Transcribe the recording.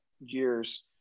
years